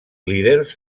líders